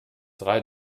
drei